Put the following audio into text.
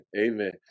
Amen